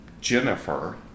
Jennifer